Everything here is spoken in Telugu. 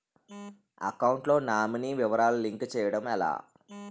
అకౌంట్ లో నామినీ వివరాలు లింక్ చేయటం ఎలా?